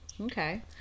okay